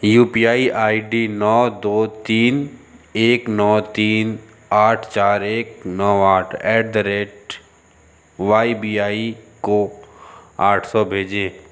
you P I I D नौ दो तीन एक नौ तीन आठ चार एक नौ आठ at the rate Y B I को आठ सौ भेजें